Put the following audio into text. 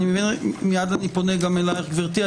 מיד אני פונה גם אליך גברתי.